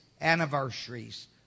anniversaries